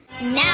Now